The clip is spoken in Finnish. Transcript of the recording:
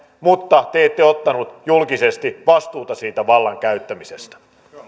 mutta te ette ottanut julkisesti vastuuta siitä vallan käyttämisestä